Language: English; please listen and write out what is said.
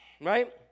Right